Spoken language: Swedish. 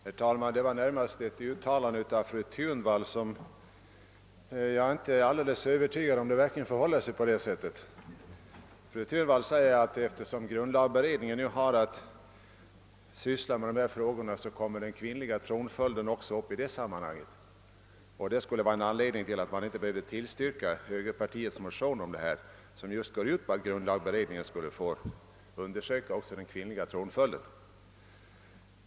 Herr talman! Jag är inte säker på att det förhåller sig så som ett uttalande av fru Thunvall kunde ge intryck av. Fru Thunvall säger att eftersom grundlagberedningen har att syssla med dessa frågor kommer också den kvinnliga tronföljden upp i sammanhanget. Det skulle därför inte finnas anledning att tillstyrka högerpartiets motion i frågan, som går ut på att grundlagberedningen skulle få undersöka också frågan om kvinnlig tronföljd.